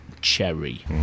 Cherry